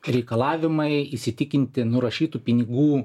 reikalavimai įsitikinti nurašytų pinigų